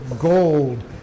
gold